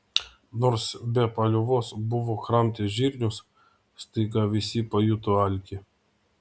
nors be paliovos buvo kramtę žirnius staiga visi pajuto alkį